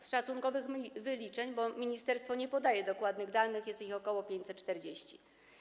Z szacunkowych wyliczeń, bo ministerstwo nie podaje dokładnych danych, wynika, że jest ich ok. 540.